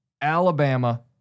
Alabama